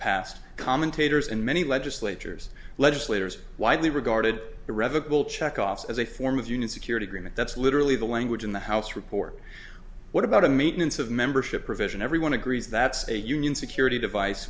passed commentators and many legislatures legislators widely regarded irrevocable check off as a form of union security agreement that's literally the language in the house report what about the maintenance of membership provision everyone agrees that's a union security device